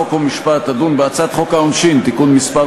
חוק ומשפט תדון בהצעת חוק העונשין (תיקון מס'